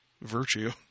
virtue